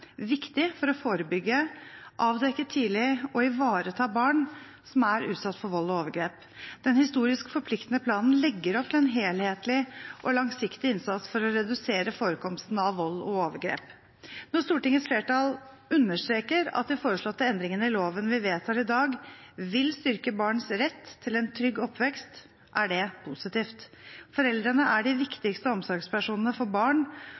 viktig for å forebygge, avdekke tidlig og ivareta barn som er utsatt for vold og overgrep. Den historisk forpliktende planen legger opp til en helhetlig og langsiktig innsats for å redusere forekomsten av vold og overgrep. Når Stortingets flertall understreker at de foreslåtte endringene i loven vi vedtar i dag, vil styrke barns rett til en trygg oppvekst, er det positivt. Foreldrene er de viktigste omsorgspersonene for barn